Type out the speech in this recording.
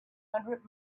hundred